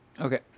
Okay